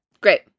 Great